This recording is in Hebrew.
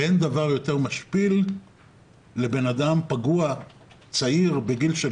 ואין דבר משפיל יותר לאדם פגוע צעיר בגיל של